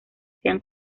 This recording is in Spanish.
hacía